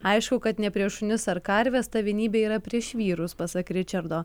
aišku kad ne prieš šunis ar karves ta vienybė yra prieš vyrus pasak ričardo